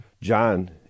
john